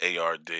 ARD